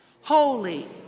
holy